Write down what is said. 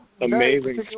Amazing